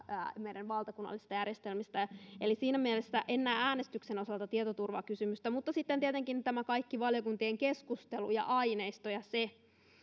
meidän valtakunnallista järjestelmistämme eli siinä mielessä en näe äänestyksen osalta tietoturvakysymystä mutta sitten on tietenkin tämä kaikki valiokuntien keskustelu ja aineisto ja sellainen